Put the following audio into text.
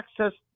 access